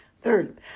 Third